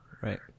Right